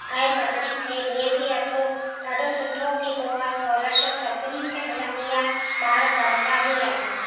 ऐं सभिनिनि खे ॾे बि अथो ॾाढो सुठो थींदो आए स्कोलरशिप सभिनिनि खे मिलंदी आहे ॿार पढ़ंदा बि आहिनि